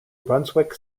brunswick